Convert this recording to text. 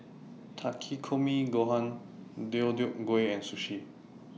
Takikomi Gohan Deodeok Gui and Sushi